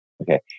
Okay